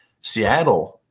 Seattle